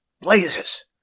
Blazes